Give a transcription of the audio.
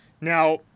Now